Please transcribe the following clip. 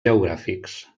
geogràfics